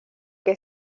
que